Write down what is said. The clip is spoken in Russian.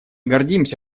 гордимся